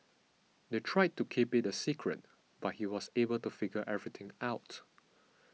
they tried to keep it a secret but he was able to figure everything out